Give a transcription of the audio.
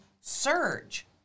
surge